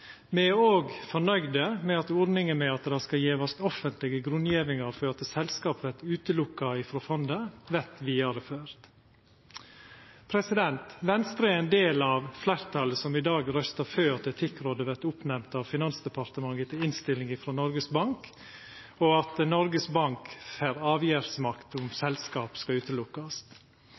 Me er òg fornøgde med at ordninga med at det skal gjevast offentlege grunngjevingar for at selskap vert ekskluderte frå fondet, vert vidareført. Venstre er ein del av fleirtalet som i dag røystar for at Etikkrådet vert oppnemnt av Finansdepartementet etter innstilling frå Noregs Bank, og at Noregs Bank får avgjerdsmakt på om selskap skal